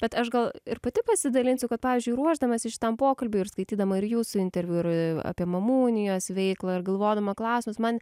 bet aš gal ir pati pasidalinsiu kad pavyzdžiui ruošdamasi šitam pokalbiui ir skaitydama ir jūsų interviu ir apie mamų unijos veiklą ir galvodama klausimus man